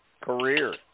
career